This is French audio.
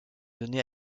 donné